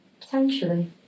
Potentially